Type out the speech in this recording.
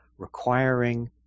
requiring